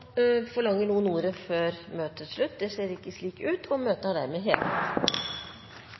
Forlanger noen ordet før møtet heves? – Møtet er hevet.